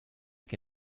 que